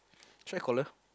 should I call her